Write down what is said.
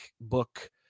book